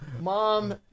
Mom